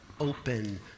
Open